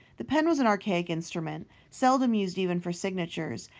the pen was an archaic instrument, seldom used even for signatures,